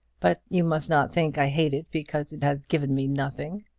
but you must not think i hate it because it has given me nothing.